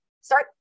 Start